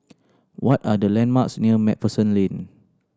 what are the landmarks near Macpherson Lane